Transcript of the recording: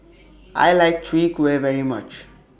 I like Chwee Kueh very much